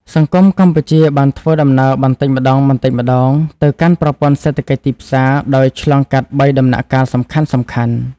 សង្គមកម្ពុជាបានធ្វើដំណើរបន្តិចម្តងៗទៅកាន់ប្រព័ន្ធសេដ្ឋកិច្ចទីផ្សារ ដោយឆ្លងកាត់បីដំណាក់កាលសំខាន់ៗ។